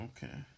Okay